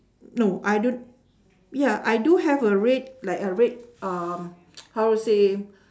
no I do~ ya I do have a red like a red um how say